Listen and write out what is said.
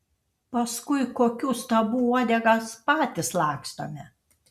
paskui kokių stabų uodegas patys lakstome